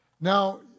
Now